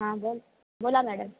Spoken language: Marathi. हां बोल बोला मॅडम